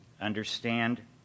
understand